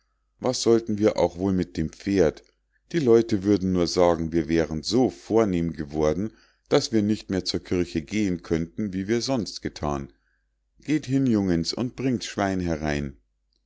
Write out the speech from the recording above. was sollten wir auch wohl mit dem pferd die leute würden nur sagen wir wären so vornehm geworden daß wir nicht mehr zur kirche gehen könnten wie wir sonst gethan geht hin jungens und bringt's schwein herein